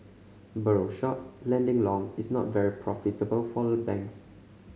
borrow short lending long is not very profitable for a banks